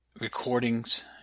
recordings